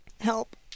Help